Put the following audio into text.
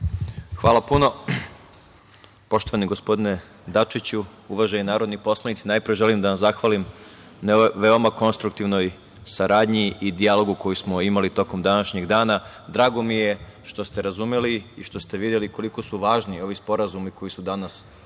Hvala puno. Poštovani gospodine Dačiću, uvaženi narodni poslanici, najpre želim da vam zahvalim na veoma konstruktivnoj saradnji i dijalogu koji smo imali tokom današnjih dana. Drago mi je što ste razumeli i što ste videli koliko su važni ovi sporazumi koji su danas ovde